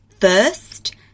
first